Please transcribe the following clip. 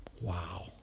Wow